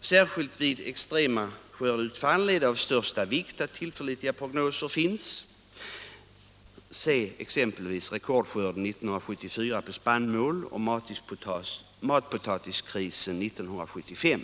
Särskilt vid extrema skördeutfall är det av största vikt att tillförlitliga prognoser finns — se exempelvis rekordskörden av spannmål 1974 och matpotatiskrisen 1975!